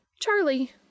Charlie